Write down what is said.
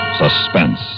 suspense